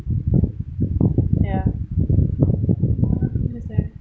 ya that's that